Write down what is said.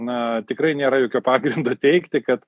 na tikrai nėra jokio pagrindo teigti kad